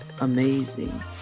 amazing